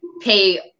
pay